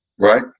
right